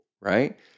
right